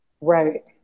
right